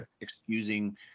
Excusing